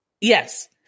Yes